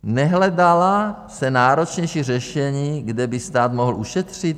Nehledala se náročnější řešení, kde by stát mohl ušetřit?